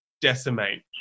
decimate